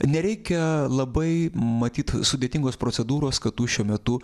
nereikia labai matyt sudėtingos procedūros kad tu šiuo metu